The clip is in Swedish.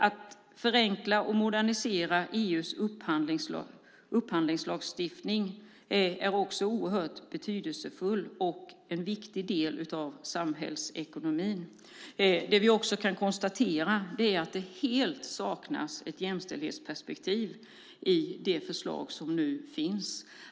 Att förenkla och modernisera EU:s upphandlingslagstiftning är oerhört betydelsefullt och en viktig del av samhällsekonomin. Vi kan också konstatera att det helt saknas ett jämställdhetsperspektiv i de förslag som nu finns.